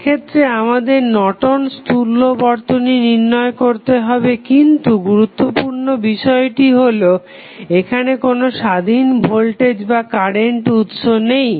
এক্ষেত্রে আমাদের নর্টন'স তুল্য Nortons equivalent বর্তনী নির্ণয় করতে হবে কিন্তু গুরুত্বপূর্ণ বিষয়টি হলো এখানে কোনো স্বাধীন ভোল্টেজ বা কারেন্ট উৎস নেই